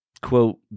quote